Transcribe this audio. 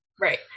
Right